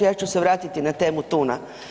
Ja ću se vratiti na temu tuna.